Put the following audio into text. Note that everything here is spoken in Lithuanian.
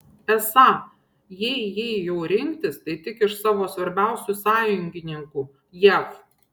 esą jei jei jau rinktis tai tik iš savo svarbiausių sąjungininkų jav